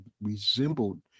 resembled